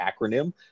acronym